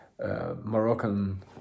moroccan